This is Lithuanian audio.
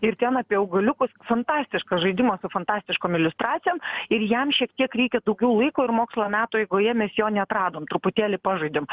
ir ten apie augaliukus fantastiškas žaidimas su fantastiškom iliustracijom ir jam šiek tiek reikia daugiau laiko ir mokslo metų eigoje mes jo neatradom truputėlį pažaidėm